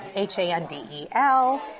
h-a-n-d-e-l